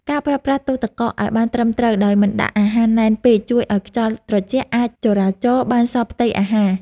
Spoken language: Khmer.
ការប្រើប្រាស់ទូរទឹកកកឱ្យបានត្រឹមត្រូវដោយមិនដាក់អាហារណែនពេកជួយឱ្យខ្យល់ត្រជាក់អាចចរាចរបានសព្វផ្ទៃអាហារ។